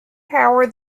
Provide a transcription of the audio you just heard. power